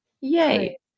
Yay